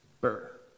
Burr